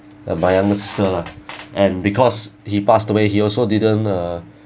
and my young sister lah and because he passed away he also didn't uh